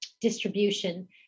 distribution